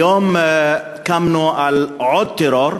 היום קמנו אל עוד טרור,